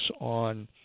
on